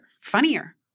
funnier